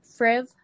Friv